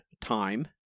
time